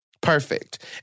Perfect